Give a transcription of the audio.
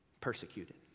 persecuted